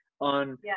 on